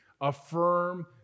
affirm